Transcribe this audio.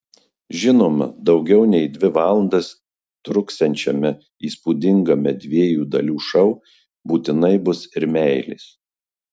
žinoma daugiau nei dvi valandas truksiančiame įspūdingame dviejų dalių šou būtinai bus ir meilės